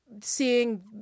seeing